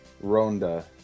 Ronda